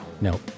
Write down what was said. No